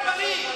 זה לא בריא.